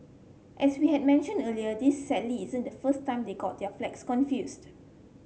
as we had mentioned earlier this sadly isn't the first time they got their flags confused